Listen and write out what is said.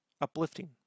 uplifting